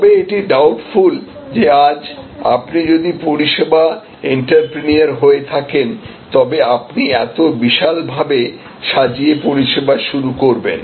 তবে এটি ডাউটফুল যে আজ আপনি যদি পরিষেবা এন্ত্রেপ্রেনিউর হয়ে থাকেন তবে আপনি এত বিশাল ভাবে সাজিয়ে পরিষেবা শুরু করবেন